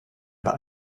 paar